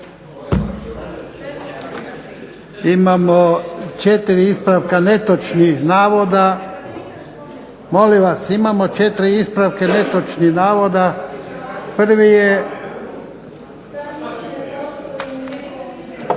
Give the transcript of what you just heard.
Imamo 4 ispravka netočnih navoda. Molim vas, imamo 4 ispravke netočnih navoda. Prvi je,